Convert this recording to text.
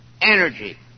energy